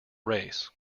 race